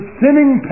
sinning